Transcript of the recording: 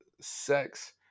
sex